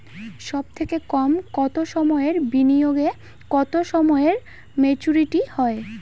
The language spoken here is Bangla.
সবথেকে কম কতো সময়ের বিনিয়োগে কতো সময়ে মেচুরিটি হয়?